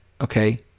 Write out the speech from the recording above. okay